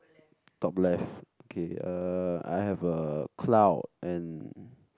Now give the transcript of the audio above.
top left okay uh I have a cloud and